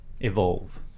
evolve